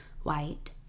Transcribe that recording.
white